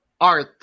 art